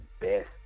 best